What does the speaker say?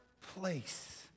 place